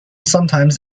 sometimes